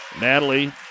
Natalie